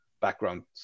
backgrounds